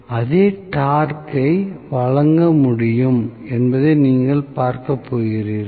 அதே டார்க் ஐ வழங்க முடியும் என்பதை நீங்கள் பார்க்கப் போகிறீர்கள்